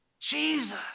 Jesus